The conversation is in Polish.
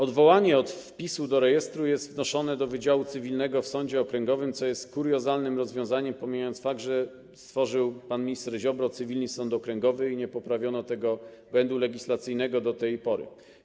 Odwołanie od wpisu do rejestru jest wnoszone do wydziału cywilnego w sądzie okręgowym, co jest kuriozalnym rozwiązaniem, pomijając fakt, że pan minister Ziobro stworzył cywilny sąd okręgowy i nie poprawiono tego błędu legislacyjnego do tej pory.